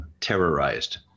terrorized